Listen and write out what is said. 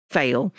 fail